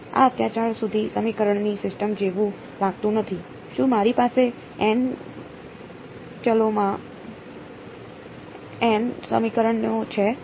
આ અત્યાર સુધી સમીકરણની સિસ્ટમ જેવું લાગતું નથી શું મારી પાસે n ચલોમાં n સમીકરણો છે